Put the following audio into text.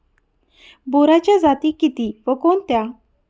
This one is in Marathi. बोराच्या जाती किती व कोणत्या?